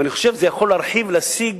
ואני חושב שזה יכול להרחיב ולהשיג